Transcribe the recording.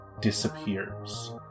disappears